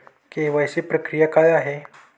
KYC प्रक्रिया काय आहे?